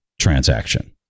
transaction